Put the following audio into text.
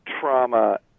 Trauma